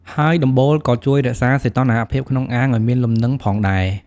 ហើយដំបូលក៏ជួយរក្សាសីតុណ្ហភាពក្នុងអាងឲ្យមានលំនឹងផងដែរ។